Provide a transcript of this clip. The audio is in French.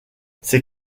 ces